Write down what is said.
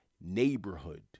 neighborhood